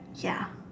ya